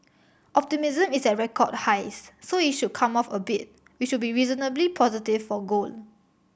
optimism is at record highs so it should come off a bit which would be reasonably positive for gold